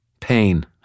Pain